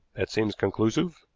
that seems conclusive,